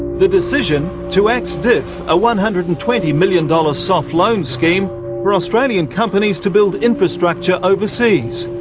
the decision to axe diff, a one hundred and twenty million dollars soft loan scheme for australian companies to build infrastructure overseas.